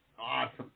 Awesome